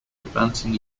advancing